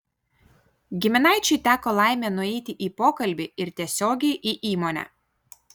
giminaičiui teko laimė nueiti į pokalbį ir tiesiogiai į įmonę